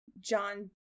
john